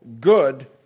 good